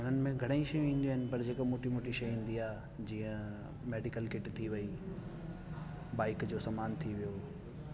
इन्हनि में घणेई शयूं ईंदियूं आहिनि पर जेको मोटी मोटी शइ ईंदी आहे जीअं मैडीकल किट थी वई बाईक जो समान थी वियो